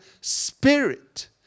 spirit